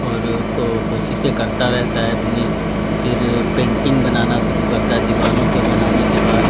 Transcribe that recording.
और कोशिशें करता रहता है अपनी फिर पेन्टिंग बनाना शुरू करता है दीवालों पे बनाने के बाद